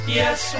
yes